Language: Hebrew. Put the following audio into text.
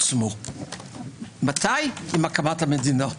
עם הקמת המדינה.